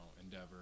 endeavor